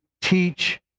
teach